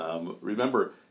Remember